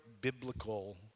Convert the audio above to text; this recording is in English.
biblical